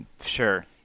Sure